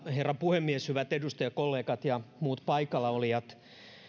herra puhemies hyvät edustajakollegat ja muut paikalla olijat